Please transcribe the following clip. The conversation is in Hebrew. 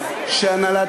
השאלה.